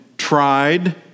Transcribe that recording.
Tried